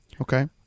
okay